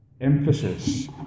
emphasis